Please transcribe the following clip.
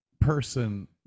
person